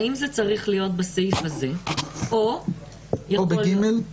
האם זה צריך להיות בסעיף הזה או בסעיף 3?